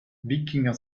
wikinger